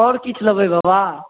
आओर किछु लेबै बाबा